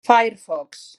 firefox